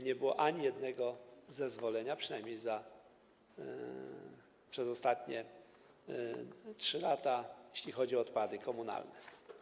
Nie było ani jednego zezwolenia, przynajmniej przez ostatnie 3 lata, jeśli chodzi o odpady komunalne.